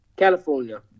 California